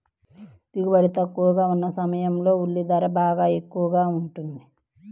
దిగుబడి తక్కువగా ఉన్న సమయాల్లో ఉల్లి ధర బాగా ఎక్కువగా ఉంటుంది